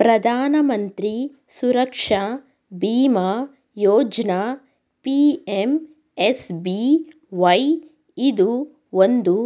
ಪ್ರಧಾನ ಮಂತ್ರಿ ಸುರಕ್ಷಾ ಬಿಮಾ ಯೋಜ್ನ ಪಿ.ಎಂ.ಎಸ್.ಬಿ.ವೈ ಇದು ಒಂದು